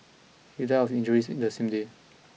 he died of injuries in the same day